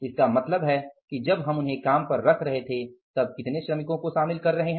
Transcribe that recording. इसका मतलब है कि जब हम उन्हें काम पर रख रहे हैं तब कितने श्रमिकों को शामिल कर रहे हैं